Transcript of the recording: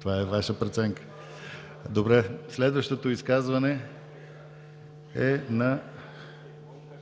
това е Ваша преценка. Следващото изказване е на